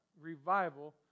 revival